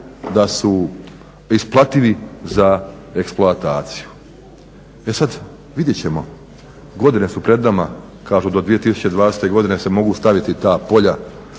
da su isplativi za eksploataciju. E sad, vidjet ćemo. Godine su pred nama, kažu do 2020. godine se mogu staviti ta polja,